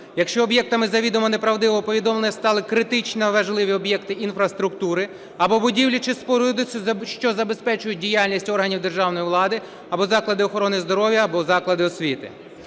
якщо об'єктами завідомо неправдивого повідомлення стали критично важливі об'єкти інфраструктури або будівлі чи споруди, що забезпечують діяльність органів державної влади, або заклади охорони здоров'я, або заклади освіти.